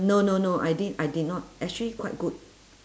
no no no I did I did not actually quite good